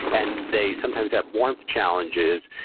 and they sometimes have warmth challenges,